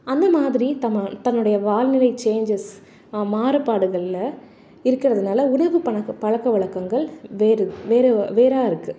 அந்தமாதிரி தன்னோ தன்னுடைய வானிநிலை சேஞ்சஸ் மாறுபாடுகள்ல இருக்கிறதுனால உணவு பல பழக்கவலக்கங்கள் வேறு வேறு வேறாக இருக்குது